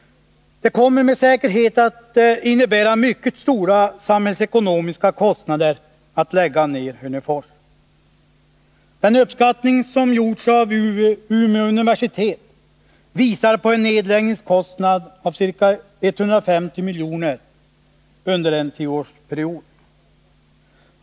Det kommer med säkerhet att innebära mycket stora samhällsekonomiska kostnader att lägga ned Hörnefors. Den uppskattning som gjorts av Umeå universitet visar på en nedläggningskostnad på ca 150 milj.kr. under en tioårsperiod.